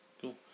Cool